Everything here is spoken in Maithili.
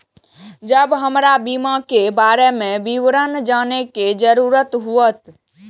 जब हमरा बीमा के बारे में विवरण जाने के जरूरत हुए?